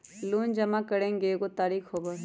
Loan जमा करेंगे एगो तारीक होबहई?